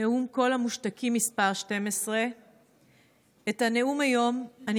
נאום קול המושתקים מס' 12. את הנאום היום אני